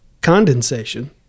condensation